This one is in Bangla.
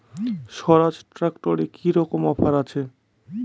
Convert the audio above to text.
স্বরাজ ট্র্যাক্টরে কি রকম অফার আছে?